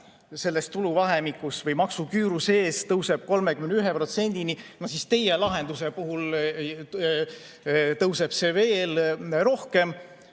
selles tuluvahemikus või maksuküüru sees tõuseb 31%-ni, siis teie lahenduse puhul tõuseb see veel rohkem.